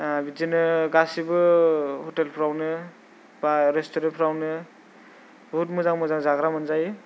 बिदिनो गासिबो हटेलफ्रावनो बा रेस्टुरेन्टफ्रावनो बहुथ मोजां मोजां जाग्रा मोनजायो